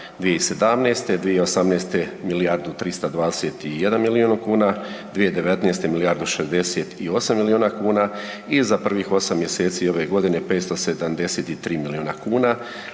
2017., 2018. milijardu 321 milijun kuna, 2019. milijardu 68 milijuna kuna i za prvih 8 mjeseci ove godine 573 milijuna kuna.